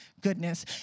goodness